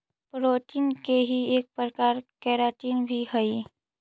protein के ही एक प्रकार केराटिन भी हई